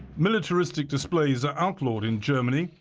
militaristic displays are outlawed in germany.